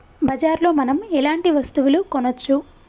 బజార్ లో మనం ఎలాంటి వస్తువులు కొనచ్చు?